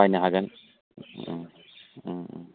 बायनो हागोन